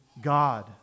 God